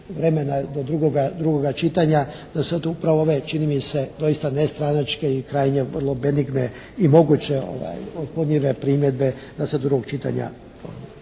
vremena do drugoga čitanja da sad upravo ove čini mi se doista nestranačke i krajnje vrlo benigne i moguće otklonjive primjedbe, da se do drugog čitanja